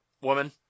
woman